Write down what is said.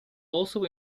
also